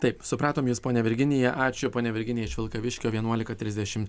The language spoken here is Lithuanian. taip supratom jus ponia virginija ačiū ponia virginija iš vilkaviškio vienuolika trisdešimt